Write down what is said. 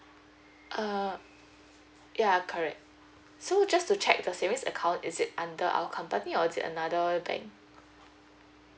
err ya correct so just to check the savings account is it under our company or is it another bank